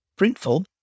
Printful